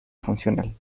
funcional